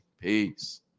peace